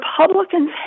Republicans